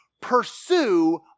pursue